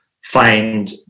find